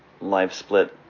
LiveSplit